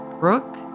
Brooke